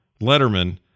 Letterman